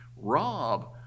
Rob